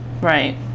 Right